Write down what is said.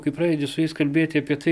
kai pradedi su jais kalbėti apie tai